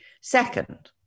Second